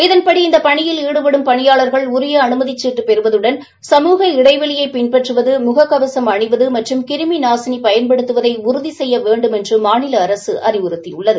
இதன்படி இந்த பணியில் ஈடுபடும் பணியாளர்கள் உரிய சீட்டு பெறுவதுடன் சமூக இடைவெளியை பின்பற்றுவது முக கவசம் அணிவது மற்றும் கிருமி நாசினி பயன்படுத்துவதை உறுதி செய்ய வேண்டுமென்று மாநில அரசு அறிவுறுத்தியுள்ளது